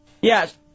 yes